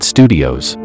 Studios